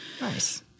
Nice